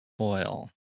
oil